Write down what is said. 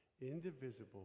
indivisible